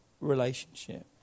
relationship